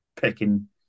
picking